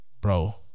Bro